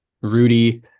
rudy